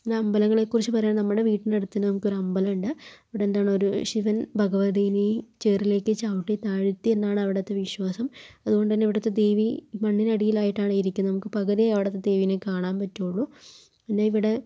പിന്നെ അമ്പലങ്ങളെക്കുറിച്ച് പറയുവാണെൽ നമ്മുടെ വീട്ടിനടുത്ത് തന്നെ നമുക്കൊരു അമ്പലം ഉണ്ട് അവിടെ എന്താണ് ഒരു ശിവൻ ഭഗവതിനേയും ചേറിലേക്ക് ചവിട്ടി താഴ്ത്തി എന്നാണ് അവിടുത്തെ വിശ്വാസം അതുകൊണ്ട് തന്നെ ഇവിടുത്തെ ദേവി മണ്ണിനടിലായിട്ടാണ് ഇരിക്കുന്നത് നമുക്ക് പകലെ അവിടുത്തെ ദേവിനെ കാണാൻ പറ്റുവൊള്ളു പിന്നെ ഇവിടെ